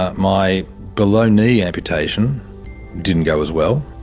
ah my below-knee amputation didn't go as well,